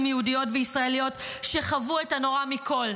יהודיות וישראליות שחוו את הנורא מכול,